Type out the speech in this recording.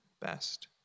best